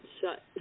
shut